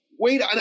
Wait –